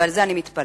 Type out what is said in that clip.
ועל זה אני מתפלאת,